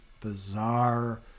bizarre